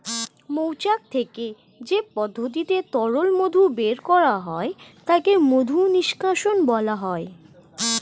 মৌচাক থেকে যে পদ্ধতিতে তরল মধু বের করা হয় তাকে মধু নিষ্কাশণ বলা হয়